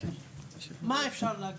מה אפשר להגיד?